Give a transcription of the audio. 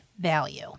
value